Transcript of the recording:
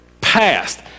past